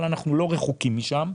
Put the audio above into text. אבל אנחנו לא רחוקים משם.